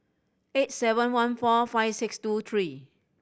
eight seven one four five six two three